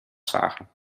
zagen